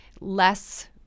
less